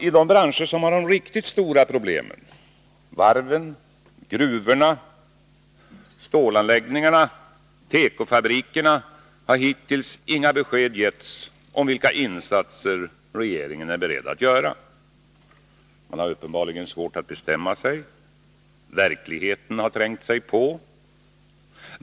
I de branscher som har de riktigt stora problemen — varven, gruvorna, stålanläggningarna och tekofabrikerna — har hittills inga besked getts om vilka insatser regeringen är beredd att göra. Man har uppenbarligen svårt att bestämma sig. Verkligheten har trängt sig på.